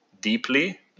deeply